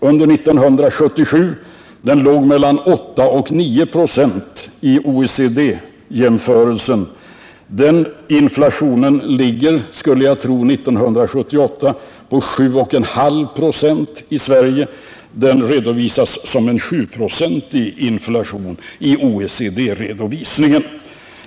Under 1977 låg den mellan 8 och 9 2» i OECD länderna. Inflationen ligger, skulle jag tro, för 1978 på 7,5 ?6 i Sverige. I OECD-redovisningen anges en 7-procentig inflation i övriga länder.